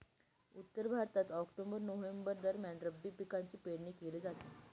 उत्तर भारतात October November दरम्यान रब्बी पिकांची पेरणी केली जाते